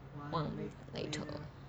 one week later